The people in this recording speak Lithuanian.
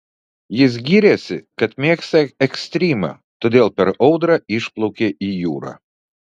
jis gyrėsi kad mėgsta ekstrymą todėl per audrą išplaukė į jūrą